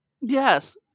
Yes